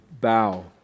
bow